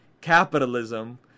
capitalism